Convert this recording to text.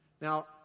Now